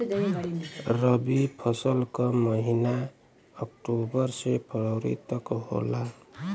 रवी फसल क महिना अक्टूबर से फरवरी तक होला